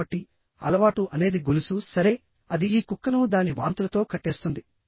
కాబట్టి అలవాటు అనేది గొలుసు సరే అది ఈ కుక్కను దాని వాంతులతో కట్టేస్తుంది